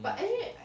mm